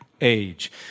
Age